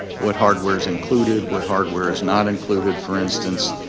what hardware's included, what hardware's not included for instance,